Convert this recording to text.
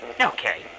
Okay